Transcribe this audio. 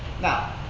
Now